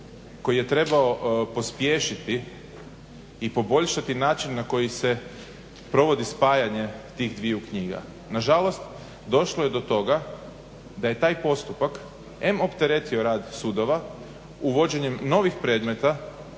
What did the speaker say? koji je trebao pospješiti i poboljšati način na koji se provodi spajanje tih dviju knjiga. Na žalost, došlo je do toga da je taj postupak em opteretio rad sudova uvođenjem novih predmeta